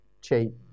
cheap